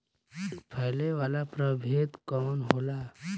फैले वाला प्रभेद कौन होला?